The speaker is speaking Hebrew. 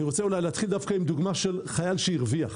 אני רוצה להתחיל דווקא עם דוגמה של חייל שהרוויח.